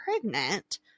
pregnant